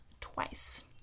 twice